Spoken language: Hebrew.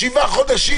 פתאום?